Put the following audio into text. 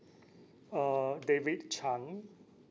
uh david chan